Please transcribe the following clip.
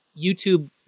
YouTube